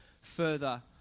further